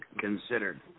Considered